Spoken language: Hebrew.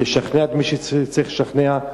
לשכנע את מי שצריך לשכנע,